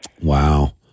Wow